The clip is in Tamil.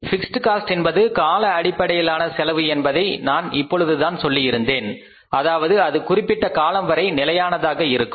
பிக்ஸ்ட் காஸ்ட் என்பது கால அடிப்படையிலான செலவு என்பதை நான் இப்பொழுதுதான் சொல்லியிருந்தேன் அதாவது அது குறிப்பிட்ட காலம் வரை நிலையாக இருக்கும்